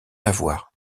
lavoir